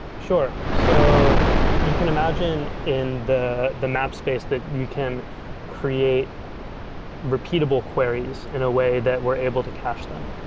sure. so you can imagine in the the map space that we can create repeatable queries in a way that we're able to catch them.